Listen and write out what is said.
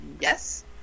Yes